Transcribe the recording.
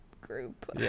group